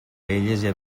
elles